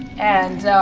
and